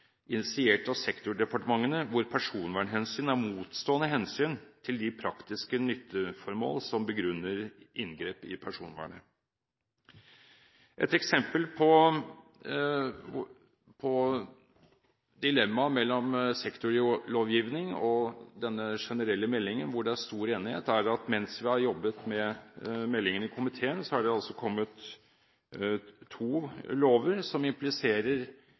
initiert av sektordepartementene, hvor personvernhensyn er motstående hensyn til de praktiske nytteformål som begrunner inngrep i personvernet. Et eksempel på et dilemma mellom sektorlovgivning og denne generelle meldingen hvor det er stor enighet, er at mens vi har jobbet med meldingen i komiteen, har det kommet to lover som impliserer